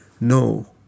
no